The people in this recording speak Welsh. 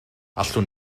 allwn